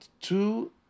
two